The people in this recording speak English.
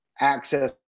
access